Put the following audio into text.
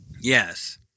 Yes